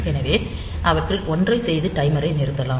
எனவே அவற்றில் ஒன்றை செய்து டைமரை நிறுத்தலாம்